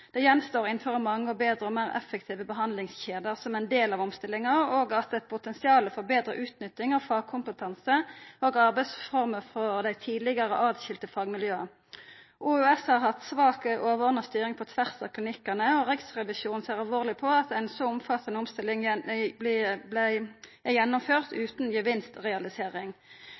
gjenstår fortsatt å innføre mange bedre og mer effektive behandlingskjeder som en del av omstillingen. Det er et betydelig potensial for bedre utnyttelse av fagkompetanse og arbeidsformer fra de tidligere adskilte fagmiljøene.» OUS har hatt svak overordna styring på tvers av klinikkane, og Riksrevisjonen ser alvorleg på at ein så omfattande omstilling